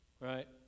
Right